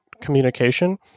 communication